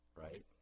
right